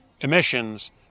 emissions